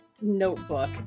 notebook